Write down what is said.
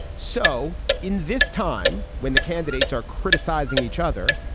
so in this time when the candidates are criticizing each other,